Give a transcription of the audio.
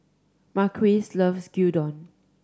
Marquise loves Gyudon